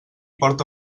porta